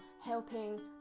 helping